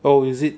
oh is it